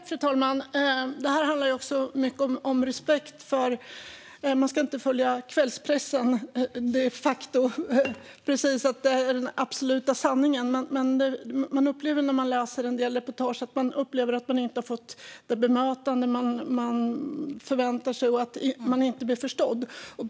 Fru talman! Man ska inte följa kvällspressen och tro att det är den absoluta sanningen, men en del reportage visar att människor upplever att de inte har fått det bemötande de förväntat sig och att de inte blivit förstådda.